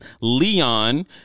leon